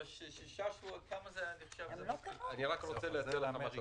או בשישה שבועות שאני בתפקיד --- אני רוצה להסביר לך משהו,